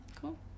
Cool